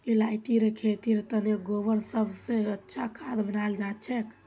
इलायचीर खेतीर तने गोबर सब स अच्छा खाद मनाल जाछेक